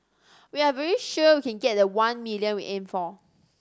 we are very sure we can get the one million we aimed for